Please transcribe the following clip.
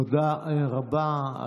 תודה רבה.